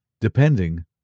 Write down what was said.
depending